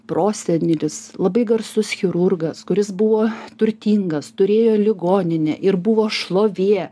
prosenelis labai garsus chirurgas kuris buvo turtingas turėjo ligoninę ir buvo šlovė